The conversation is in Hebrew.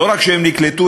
לא רק שהם נקלטו,